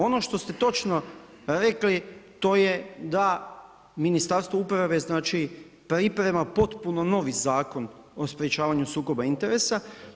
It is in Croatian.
Ono što ste točno rekli, to je da Ministarstvo uprave priprema potpuno novi zakon o sprečavanju sukoba interesa.